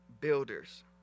builders